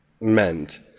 meant